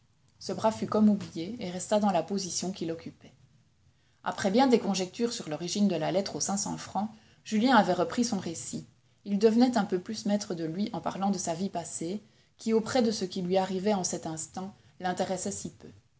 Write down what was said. ce bras fut comme oublié et resta dans la position qu'il occupait après bien des conjectures sur l'origine de la lettre aux cinq cents francs julien avait repris son récit il devenait un peu plus maître de lui en parlant de sa vie passée qui auprès de ce qui lui arrivait en cet instant l'intéressait si peu